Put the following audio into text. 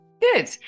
Good